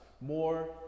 more